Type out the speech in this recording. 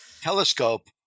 telescope